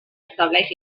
establix